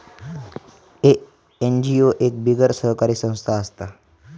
NGO एक बिगर सरकारी संस्था असता